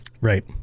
Right